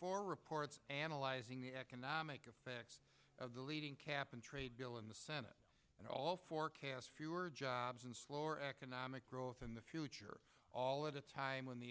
for reports analyzing the economic effects of the leading cap and trade bill in the senate and all forecasts fewer jobs and slower economic growth in the future at a time when the